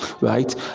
right